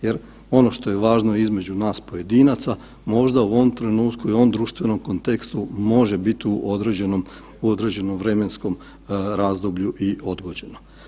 Jer ono što je važno između nas pojedinaca, možda u ovom trenutku i u ovom društvenom kontekstu može biti u određenom vremenskom razdoblju i odgođeno.